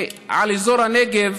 על אזור הנגב